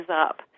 up